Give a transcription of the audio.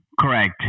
Correct